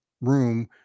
room